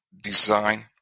design